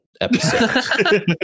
episode